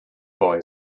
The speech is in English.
boy